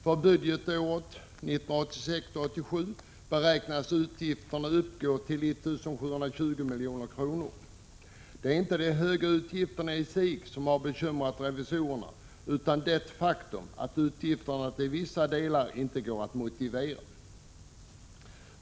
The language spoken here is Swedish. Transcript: För budgetåret 1986/87 beräknas utgifterna uppgå till 1 720 milj.kr. Det är inte de höga utgifterna i sig som har gjort revisorerna bekymrade, utan det faktum att utgifterna till vissa delar inte går att motivera.